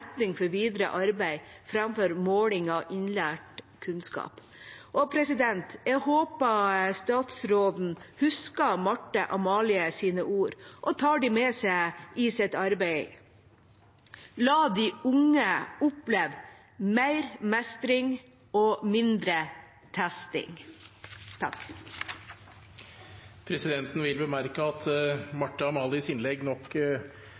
retning for videre arbeid, framfor måling av innlært kunnskap. Jeg håper statsråden husker Marthe-Amalies ord og tar dem med seg i sitt arbeid. La de unge oppleve mer mestring og mindre testing. Presidenten vil bemerke at Marthe-Amalies innlegg nok